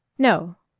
no,